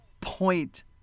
Point